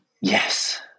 Yes